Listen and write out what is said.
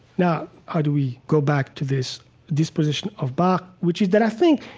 now, how do we go back to this disposition of bach, which is that, i think,